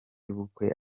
y’ubukwe